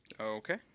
Okay